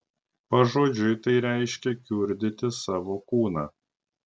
pažodžiui tai reiškia kiurdyti savo kūną